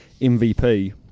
MVP